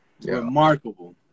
Remarkable